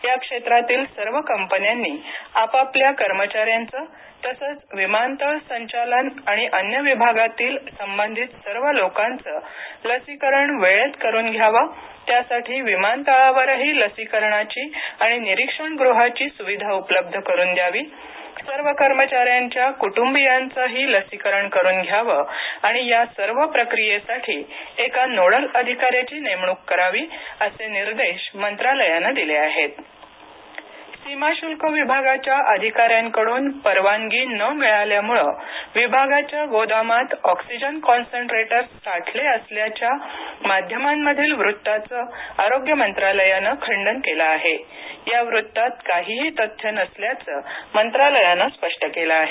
या क्षेत्रातील सर्व कंपन्यांनी आपापल्या कर्मचाऱ्यांचं तसंच विमानतळ संचालन आणि अन्य विभागातील संबंधित सर्व लोकांचं लसीकरण वेळेत करून घ्यावं त्यासाठी विमानतळावरही लसीकरणाची आणि निरीक्षण गृहाची सुविधा उपलब्ध करून द्यावी सर्व कर्मचाऱ्यांच्या कुटुंबियांचं ही लसीकरण करून घ्यावं आणि या सर्व प्रक्रीयेसाठी एका नोडल अधिकाऱ्याची नेमणूक करावी असे निर्देश मंत्रालयानं दिले आहेत ऑक्सीजन कॉन्सन्टेटर्स सीमाशुल्क विभागाच्या अधिकाऱ्यांकडून परवानगी न मिळाल्यामुळे विभागाच्या गोदामात ऑक्सीजन कॉन्सन्ट्रेटर्स साठले असल्याच्या माध्यमांमधील वृत्ताचं आरोग्य मंत्रालयानं खंडन केलं आहे या वृत्तात काहीही तथ्य नसल्याचं मंत्रालयानं स्पष्ट केलं आहे